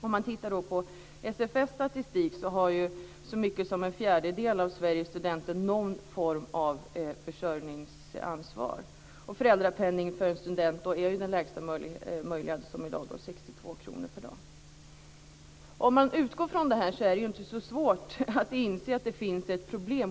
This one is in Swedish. Om man tittar på SFS statistik har så mycket som en fjärdedel av Sveriges studenter någon form av försörjningsansvar. Och föräldrapenningen för en student är ju den lägsta möjliga, i dag 62 kr per dag. Om man utgår från det här är det inte så svårt att inse att det finns ett problem.